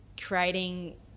creating